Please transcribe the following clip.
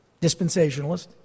dispensationalist